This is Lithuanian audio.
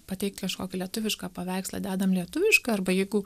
pateikt kažkokį lietuvišką paveikslą dedam lietuvišką arba jeigu